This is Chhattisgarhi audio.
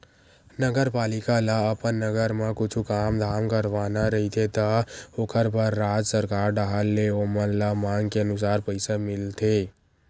नगरपालिका ल अपन नगर म कुछु काम धाम करवाना रहिथे त ओखर बर राज सरकार डाहर ले ओमन ल मांग के अनुसार पइसा मिलथे